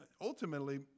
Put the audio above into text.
ultimately